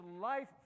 life